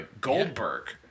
Goldberg